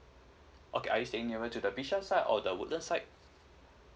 okay are you staying nearer to the bishan side or woodlands side